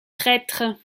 traître